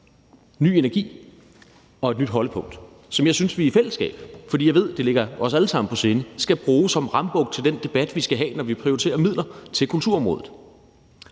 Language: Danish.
ny energi og et nyt holdepunkt, som jeg synes vi i fællesskab – fordi jeg ved, det ligger os alle sammen på sinde – skal bruge som rambuk til den debat, vi skal have, når vi prioriterer midler til kulturområdet.